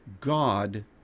God